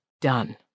done